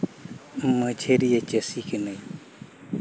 ᱢᱟᱹᱡᱷᱟᱹᱨᱤᱭᱟᱹ ᱪᱟᱹᱥᱤ ᱠᱟᱹᱱᱟᱹᱧ